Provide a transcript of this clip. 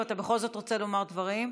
אבל אתה בכל זאת רוצה לומר דברים.